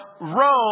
Rome